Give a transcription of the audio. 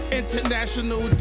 international